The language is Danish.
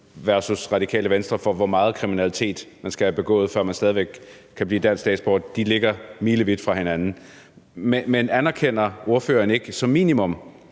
versus Radikale Venstre, for, hvor meget kriminalitet man skal have begået, før man stadig væk kan blive dansk statsborger, ligger milevidt fra hinanden. Men anerkender ordføreren ikke som minimum,